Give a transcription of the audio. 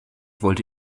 wollte